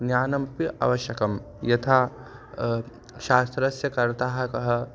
ज्ञानमपि आवश्यकं यथा शास्त्रस्य कर्ता कः